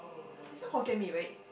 you so Hokkien-Mee right